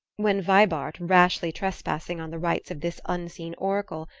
when vibart, rashly trespassing on the rights of this unseen oracle,